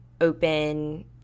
open